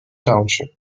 township